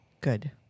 Good